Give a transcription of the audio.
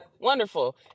wonderful